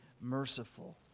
merciful